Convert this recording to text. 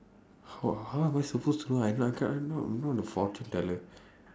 how how am I supposed to know I I cannot I'm not a fortune teller